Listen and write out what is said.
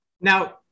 now